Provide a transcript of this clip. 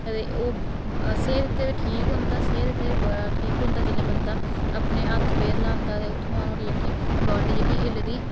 ते ओह् सेह्त आस्तै ते ठीक होंदा सेह्त आस्तै जेल्लै ठीक होंदा बंदा अपने हत्थ पैर ल्हांदा ते उत्थुआं जेह्की बॉडी हिलदी